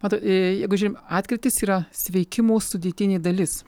matot ee jeigu žiūrim atkrytis yra sveikimo sudėtinė dalis